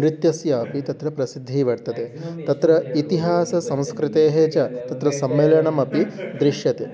नृत्यस्यापि तत्र प्रसिद्धिः वर्तते तत्र इतिहाससंस्कृतेः च तत्र सम्मेलनमपि दृश्यते